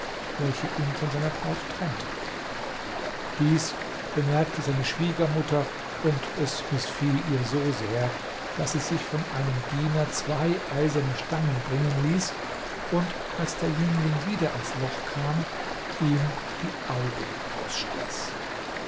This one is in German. welche ihn von seiner braut trennte dies bemerkte seine schwiegermutter und es mißfiel ihr so sehr daß sie sich von einem diener zwei eiserne stangen bringen ließ und als der jüngling wieder ans loch kam ihm die augen